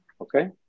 okay